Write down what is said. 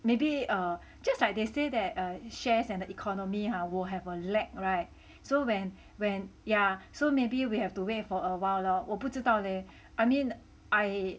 maybe err just like they say that err shares and the economy ah will have a lag [right] so when when ya so maybe we have to wait for awhile lor 我不知道 leh I mean I